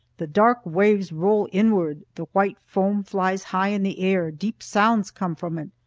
the dark waves roll inward, the white foam flies high in the air deep sounds come from it.